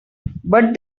but